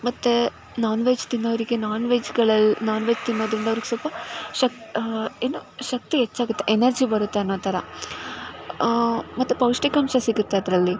ಮತ್ತು non veg ತಿನ್ನೋರಿಗೆ non ವೆಜ್ಗಳಲ್ಲಿ ನಾನ್ ವೆಜ್ ತಿನ್ನೋದರಿಂದ ಅವ್ರಿಗೆ ಸ್ವಲ್ಪ ಶಕ್ ಏನು ಶಕ್ತಿ ಹೆಚ್ಚಾಗುತ್ತೆ ಎನರ್ಜಿ ಬರುತ್ತೆ ಅನ್ನೋ ಥರ ಮತ್ತು ಪೌಷ್ಠಿಕಾಂಶ ಸಿಗುತ್ತೆ ಅದರಲ್ಲಿ